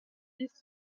liste